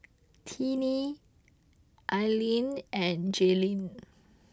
Tinie Aline and Jailene